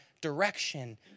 direction